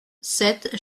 sept